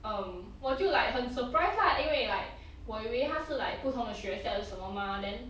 um 我就 like 很 surprise lah 因为 like 我以为他是 like 不同的学校还是什么 mah then